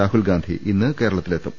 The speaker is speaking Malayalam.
രാഹുൽഗാന്ധി ഇന്ന് കേരളത്തിൽ എത്തും